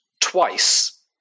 twice